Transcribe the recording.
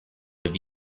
have